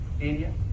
area